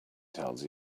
tells